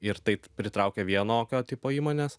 ir taip pritraukia vienokio tipo įmones